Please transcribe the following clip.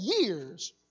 years